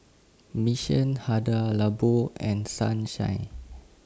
Mission Hada Labo and Sunshine